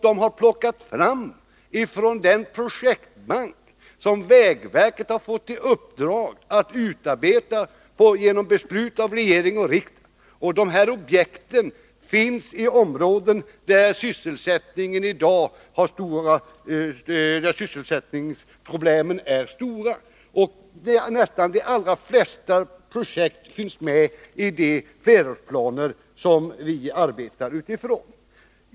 De har plockats fram ifrån den projektbank som vägverket har fått i uppdrag att utarbeta, enligt beslut av regering och riksdag. De här objekten finns i områden där sysselsättningsproblemen i dag är stora. De allra flesta projekt finns med i de flerårsplaner som vi arbetar utifrån.